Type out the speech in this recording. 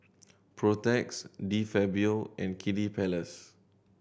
Protex De Fabio and Kiddy Palace